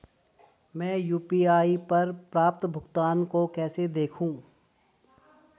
मैं यू.पी.आई पर प्राप्त भुगतान को कैसे देखूं?